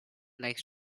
likes